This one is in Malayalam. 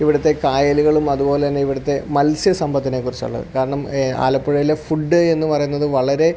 ഇവിടെ കായലുകളും അതുപോലെ തന്നെ ഇവിടത്തെ മത്സ്യസമ്പത്തിനെ കുറിച്ചുള്ളത് കാരണം ആലപ്പുഴയിലെ ഫുഡ് എന്ന് പറയുന്നത് വളരെ